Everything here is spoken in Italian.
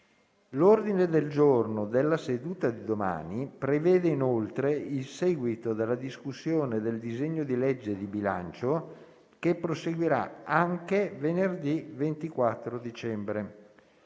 L'ordine del giorno della seduta di domani prevede inoltre il seguito della discussione del disegno di legge di bilancio che proseguirà anche venerdì 24 dicembre.